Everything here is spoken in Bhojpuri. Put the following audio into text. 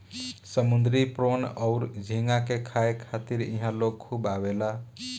समुंद्री प्रोन अउर झींगा के खाए खातिर इहा लोग खूब आवेले